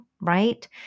right